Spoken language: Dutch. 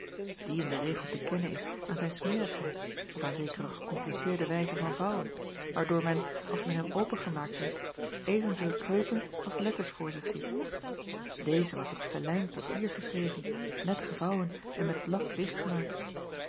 die in den regel te kennen is aan zijn smerigheid of aan zekere gekompliceerde wijze van vouwen waardoor men als men hem opengemaakt heeft evenveel kreuken als letters voor zich ziet eze was op velijn papier geschreven net gevouwen en met lak